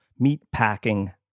meatpacking